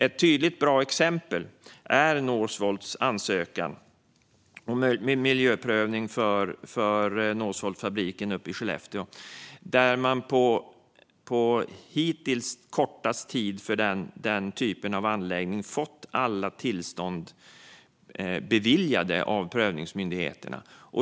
Ett tydligt och bra exempel är Northvolts ansökan med miljöprövning för Northvoltfabriken uppe i Skellefteå där man på hittills kortast tid för den typen av anläggning fått alla tillstånd beviljade av prövningsmyndigheterna.